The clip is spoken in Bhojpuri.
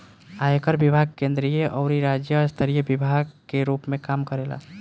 आयकर विभाग केंद्रीय अउरी राज्य स्तरीय विभाग के रूप में काम करेला